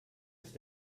ist